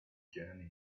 journey